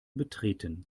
betreten